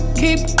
keep